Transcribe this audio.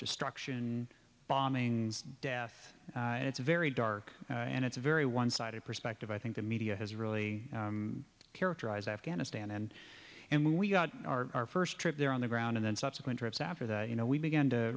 destruction and bombings death and it's very dark and it's a very one sided perspective i think the media has really characterized afghanistan and and we got our first trip there on the ground and then subsequent trips after the you know we began to